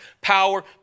power